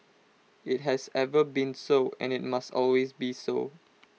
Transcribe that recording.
IT has ever been so and IT must always be so